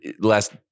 last